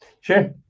Sure